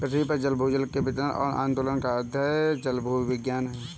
पृथ्वी पर जल भूजल के वितरण और आंदोलन का अध्ययन जलभूविज्ञान है